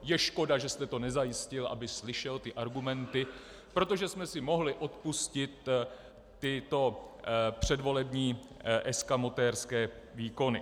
Je škoda, že jste to nezajistil, aby slyšel argumenty, protože jsme si mohli odpustit tyto předvolební eskamotérské výkony.